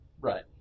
Right